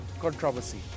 controversy